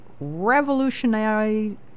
revolutionary